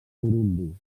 burundi